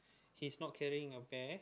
he's not carrying a bear